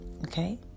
Okay